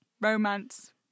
romance